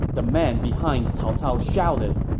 the man behind cao cao shouted.